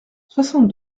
soixante